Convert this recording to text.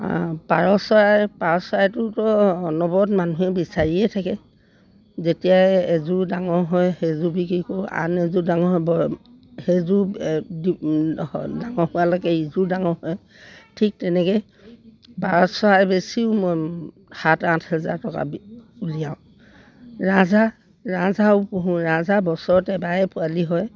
পাৰ চৰাই পাৰ চৰাইটোতো অনবৰত মানুহে বিচাৰিয়ে থাকে যেতিয়াই এযোৰ ডাঙৰ হয় সেইযোৰ বিক্ৰী কৰোঁ আন এযোৰ ডাঙৰ হ'ব সেইযোৰ ডাঙৰ হোৱালৈকে ইযোৰ ডাঙৰ হয় ঠিক তেনেকৈ পাৰ চৰাই বেছিও মই সাত আঠ হেজাৰ টকা উলিয়াও ৰাজহাঁহ ৰাজহাঁহো পোহোঁ ৰাজহাঁহ বছৰত এবাৰেই পোৱালি হয়